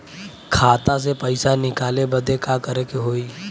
खाता से पैसा निकाले बदे का करे के होई?